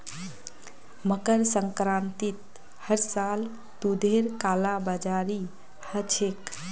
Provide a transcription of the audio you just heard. मकर संक्रांतित हर साल दूधेर कालाबाजारी ह छेक